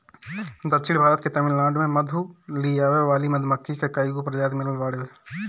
दक्षिण भारत के तमिलनाडु में मधु लियावे वाली मधुमक्खी के कईगो प्रजाति मिलत बावे